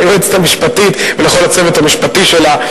ליועצת המשפטית ולכל הצוות המשפטי שלה,